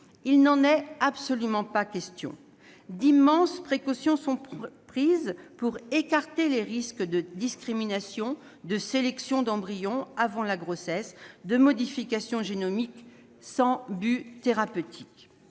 Il n'en est absolument pas question. D'immenses précautions sont prises pour écarter les risques de discrimination, de sélection d'embryons avant la grossesse ou encore de modification génomique sans but thérapeutique.